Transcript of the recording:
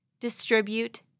distribute